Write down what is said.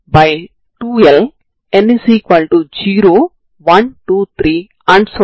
కాబట్టి దీనిని పొందడానికి మీరు నుండి 0 వరకు సమాకలనం చేయాలి